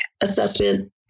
assessment